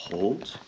Hold